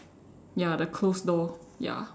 ya the closed door ya